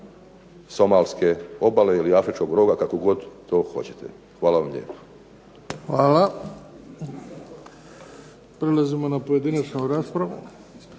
somalske obale ili afričkog roga kako god to hoćete. Hvala vam lijepo. **Bebić, Luka (HDZ)** Hvala. Prelazimo na pojedinačnu raspravu.